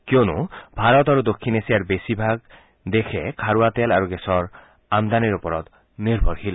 কিয়নো ভাৰত আৰু দক্ষিণ এছিয়াৰ বেছিভাগ দেশসমূহ খাৰুৱা তেল আৰু গেছৰ আমদানী ওপৰত নিৰ্ভৰশীল